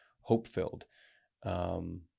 hope-filled